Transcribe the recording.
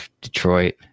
Detroit